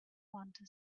wanta